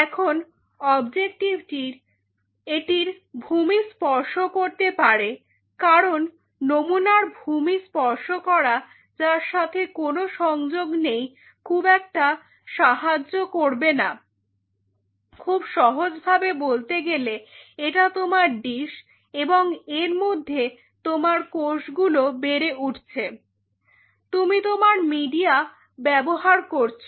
এখন অবজেক্টভটির এটির ভূমি স্পর্শ করতে পারে কারণ নমুনার ভূমি স্পর্শ করা যার সাথে কোন সংযোগ নেই খুব একটা সাহায্য করবে না খুব সহজভাবে বলতে গেলে এটা তোমার ডিশ এবং এর মধ্যে তোমার কোষগুলো বেড়ে উঠছে তুমি তোমার মিডিয়া ব্যবহার করছো